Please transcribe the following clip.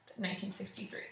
1963